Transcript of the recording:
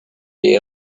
est